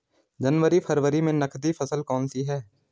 जनवरी फरवरी में नकदी फसल कौनसी है?